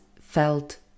felt